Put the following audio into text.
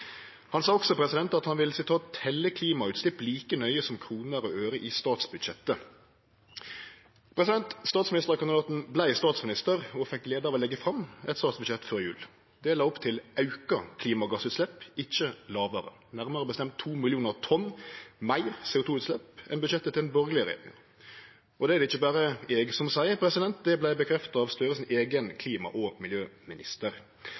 Han sa også at han «vil telle klimautslipp like nøye som kroner og øre i statsbudsjettet». Statsministerkandidaten vart statsminister og fekk gleda av å leggje fram eit statsbudsjett før jul. Det la opp til auka klimagassutslepp, ikkje lågare – nærmare bestemt to millionar tonn meir CO2-utslepp enn budsjettet til den borgarlege regjeringa. Og det er det ikkje berre eg som seier, det vart bekrefta av Støres eigen